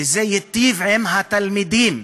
וזה ייטיב עם התלמידים.